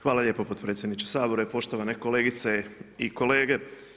Hvala lijepo potpredsjedniče Sabora i poštovane kolegice i kolege.